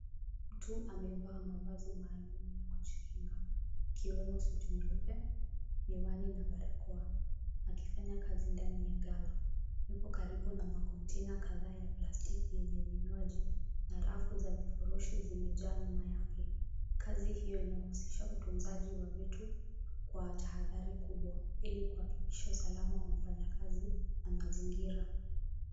Mtu amevaa mavazi maalum ya kujikinga, ukiwemo suti nyeupe, miwani na barakoa. Akifanya kazi ndani ya ghala. Yupo karibu na makontena kadhaa ya plastiki yenye vinywaji, halafu za vifurushi zimejaa nyuma yake. Kazi hiyo inahusisha utunzaji wa vitu kwa tahadhari kubwa, ili kuhakikisha usalama wa mfanyakazi na mazingira.